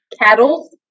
cattle